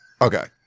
Okay